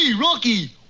rocky